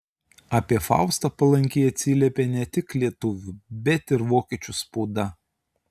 apie faustą palankiai atsiliepė ne tik lietuvių bet ir vokiečių spauda